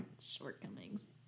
Shortcomings